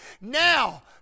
Now